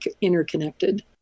interconnected